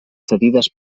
cedides